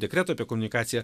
dekreto apie komunikaciją